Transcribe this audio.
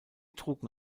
trugen